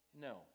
No